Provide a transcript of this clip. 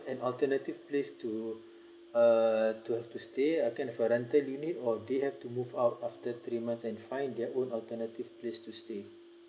an alternative place to uh to stay I can have a rental unit or they have to move out after three months and find their own alternative place to stay